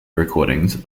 recordings